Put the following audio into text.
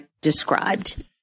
described